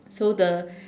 so the